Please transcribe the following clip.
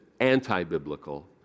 anti-biblical